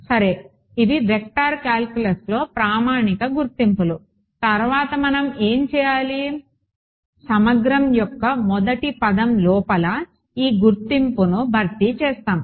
సరే ఇవి వెక్టార్ కాలిక్యులస్లో ప్రామాణిక గుర్తింపులు తర్వాత మనం ఏమి చేయాలి సమగ్రం యొక్క మొదటి పదం లోపల ఈ గుర్తింపును భర్తీ చేస్తాము